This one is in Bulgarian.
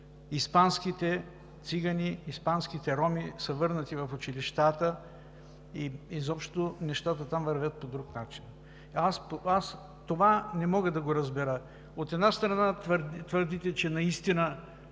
испанските цигани, роми са върнати в училищата и изобщо нещата там вървят по друг начин. Аз това не мога да го разбера – от една страна, твърдите, че не